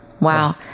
Wow